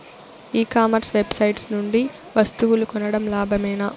ఈ commerce website నుండి వస్తువులు కొనడం లాభమేనా?